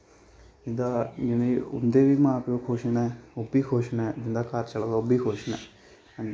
उं'दा जि'नें गी उं'दे बी मा प्यो खुश न ओह् बी खुश न जिं'दा घर चला दा ओह् बी खुश न आं जी बस